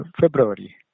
February